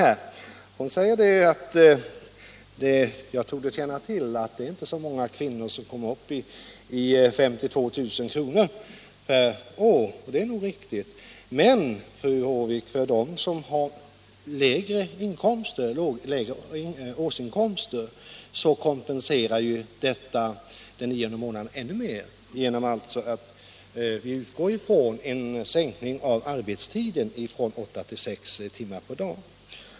Hon säger att hon trodde att jag kände till att det inte är så många kvinnor som kommer upp i en inkomst av 52 000 kr. per år. Det är nog ett riktigt påpekande. Men, fru Håvik, för dem som har något lägre årsinkomster kompenseras enligt vårt förslag den nionde månaden ännu bättre, genom att vi utgår från en sänkning av arbetstiden från åtta till sex timmar per dag.